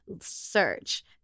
Search